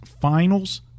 Finals